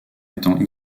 étant